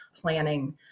planning